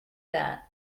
that